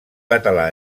català